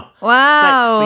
Wow